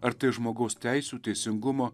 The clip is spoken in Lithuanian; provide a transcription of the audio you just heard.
ar tai žmogaus teisių teisingumo